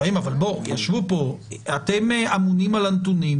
אתם אמונים על הנתונים.